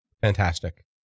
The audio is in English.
fantastic